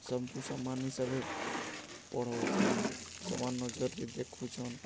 ସମକୁ ସମାନ ହିସାବେ ପଢ଼ଉଛନ୍ ସମାନ ନଜରରେ ଦେଖୁଛନ୍